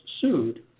sued